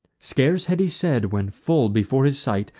scarce had he said, when, full before his sight,